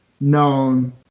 known